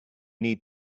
need